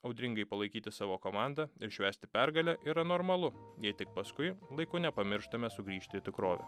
audringai palaikyti savo komandą ir švęsti pergalę yra normalu jei tik paskui laiku nepamirštame sugrįžti į tikrovę